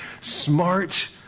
smart